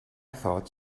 thought